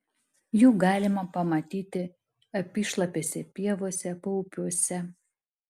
jų galima pamatyti apyšlapėse pievose paupiuose